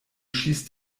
schießt